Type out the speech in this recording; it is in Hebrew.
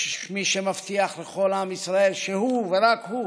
יש מי שמבטיח לכל עם ישראל שהוא ורק הוא